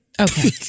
Okay